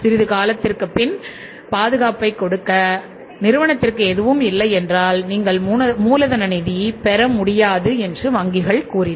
சிறிது காலத்திற்குப் பின் பாதுகாப்பைக் கொடுக்க நிறுவனத்திற்கு எதுவும் இல்லை என்றால் நீங்கள் மூலதன நிதி பெற முடியாது என்று வங்கிகள் கூறின